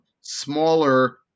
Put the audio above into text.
smaller